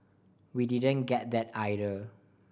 we didn't get that either